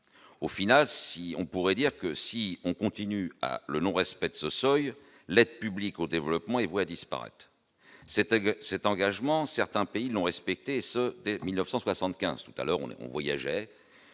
au final, si on pourrait dire que si on continue à le non-respect de ce seuil, l'aide publique au développement est voit à disparaître, c'était que cet engagement, certains pays l'ont respecté et ce dès 1975 tout à l'heure on on voyageait